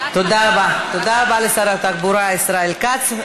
תודה רבה לשר התחבורה ישראל כץ.